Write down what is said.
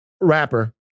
Rapper